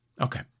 Okay